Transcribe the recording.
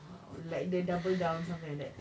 !wow! like the double down something like that